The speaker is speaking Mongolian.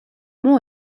муу